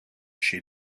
she